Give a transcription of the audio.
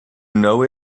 know